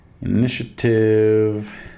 initiative